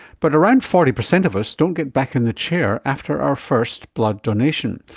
but around forty percent of us don't get back in the chair after our first blood donation.